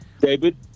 David